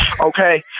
Okay